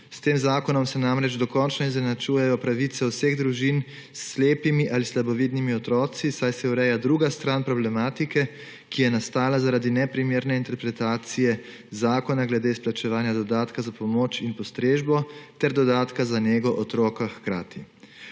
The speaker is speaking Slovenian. S tem zakonom se namreč dokončno izenačujejo pravice vseh družin s slepimi ali slabovidnimi otroki, saj se ureja druga stran problematike, ki je nastala zaradi neprimerne interpretacije zakona glede izplačevanja dodatka za pomoč in postrežbo ter dodatka za nego otroka hkrati.